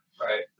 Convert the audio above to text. Right